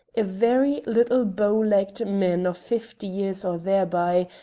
a very little bow-legged man of fifty years or thereby,